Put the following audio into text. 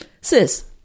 sis